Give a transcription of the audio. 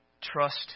trust